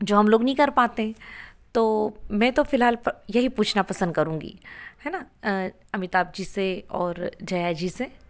जो हम लोग नहीं कर पाते तो मैं तो फिलहाल यही पूछना पसंद करूंगी हैं न अमिताभ जी से और जया जी से